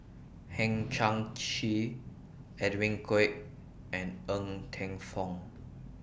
Hang Chang Chieh Edwin Koek and Ng Teng Fong